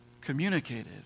communicated